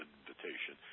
invitation